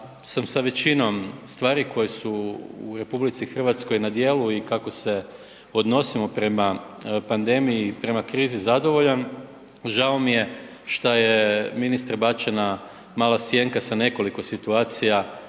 sam sa većinom stvari koje su RH na djelu i kako se odnosimo prema pandemiji i prema krizi zadovoljan. Žao mi je šta je ministre bačena mala sjenka sa nekoliko situacija,